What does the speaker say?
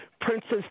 Princess